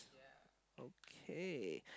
okay